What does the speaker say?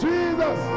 Jesus